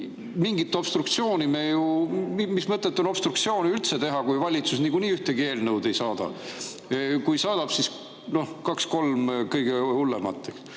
Mingit obstruktsiooni me ju [ei tee]. Mis mõtet on obstruktsiooni üldse teha, kui valitsus nagunii ühtegi eelnõu ei saada? Kui saadab, siis kaks-kolm kõige hullemat.